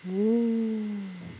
mm